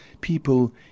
people